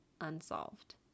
unsolved